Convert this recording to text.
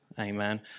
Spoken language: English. Amen